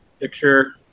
picture